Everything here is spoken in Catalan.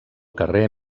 carrer